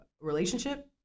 relationship